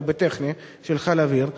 אלא בטכני של חיל האוויר.